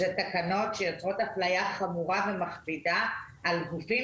אלו תקנות שיוצרות אפליה חמורה ומכבידה על גופים